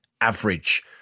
average